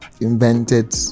invented